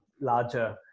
larger